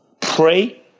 Pray